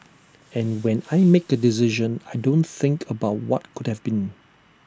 and when I make A decision I don't think about what could have been